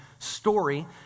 Story